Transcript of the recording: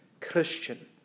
Christian